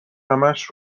همش